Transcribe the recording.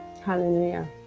Hallelujah